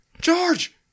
George